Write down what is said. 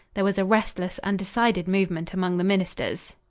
there was a restless, undecided movement among the ministers.